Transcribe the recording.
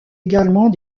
également